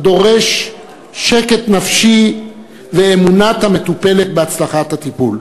הדורש שקט נפשי ואמונת המטופלת בהצלחת הטיפול.